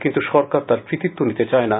কিন্তু সরকার তার কৃতিত্ব নিতে চায়না